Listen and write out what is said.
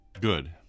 Good